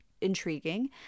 intriguing